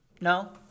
No